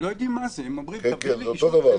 הם לא יודעים מה זה -- זה אותו דבר.